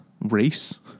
Race